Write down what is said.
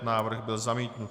Návrh byl zamítnut.